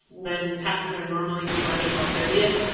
when taxes are normally due and april thirty.